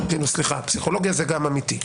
סליחה, פסיכולוגיה זה גם אמיתי.